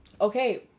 Okay